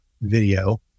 video